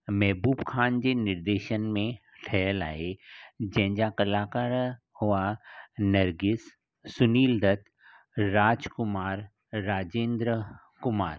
महिबूब ख़ान जे निर्देशन में ठहियलु आहे जंहिंजा कलाकार हुआ नरगिस सुनिल दत्त राजकुमार राजेन्द्र कुमार